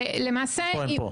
אני פה.